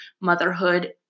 motherhood